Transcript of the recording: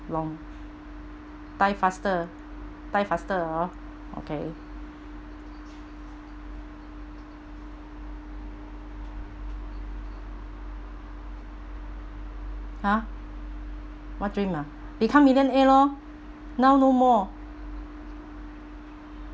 long die faster die faster ah okay ha what dream ah become millionaire loh now no more